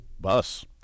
Bus